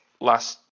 last